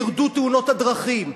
ירדו תאונות הדרכים,